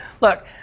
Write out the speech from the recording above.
Look